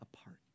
apart